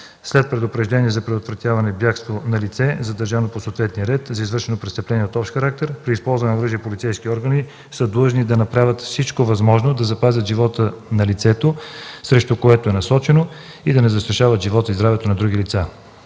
след предупреждение за предотвратяване бягство на лице, задържано по съответния ред за извършено престъпление от общ характер. При използване на оръжие полицейските органи са длъжни да направят всичко възможно да запазят живота на лицето, срещу което е насочено, и да не застрашават живота и здравето на други лица.